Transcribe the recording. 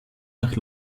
nach